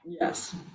yes